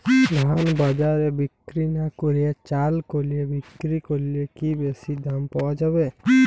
ধান বাজারে বিক্রি না করে চাল কলে বিক্রি করলে কি বেশী দাম পাওয়া যাবে?